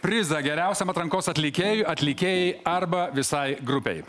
prizą geriausiam atrankos atlikėjui atlikėjai arba visai grupei